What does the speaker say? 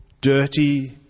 dirty